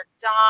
done